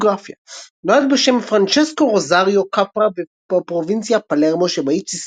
ביוגרפיה נולד בשם פרנצ'סקו רוסריו קפרה בפרובינציה פלרמו שבאי סיציליה,